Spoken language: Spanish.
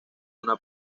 una